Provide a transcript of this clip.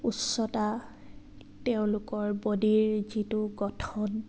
উচ্চতা তেওঁলোকৰ বডীৰ যিটো গঠন